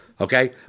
Okay